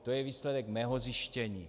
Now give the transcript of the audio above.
To je výsledek mého zjištění.